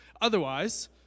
Otherwise